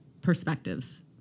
perspectives